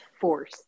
force